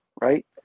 Right